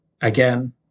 again